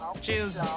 Cheers